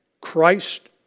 Christ